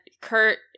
Kurt